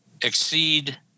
exceed